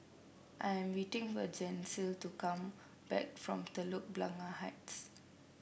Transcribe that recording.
I'm waiting for Gisele to come back from Telok Blangah Heights